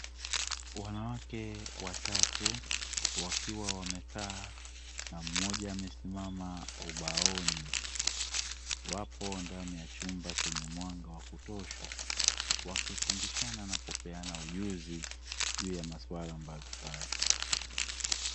Wanawake watatu wakiwa wamekaa na mmoja amesimama ubaoni. Wapo ndani ya chumba chenye mwanga wa kutosha wakifundishana na kupeana ujuzi juu ya maswala mbalimbali.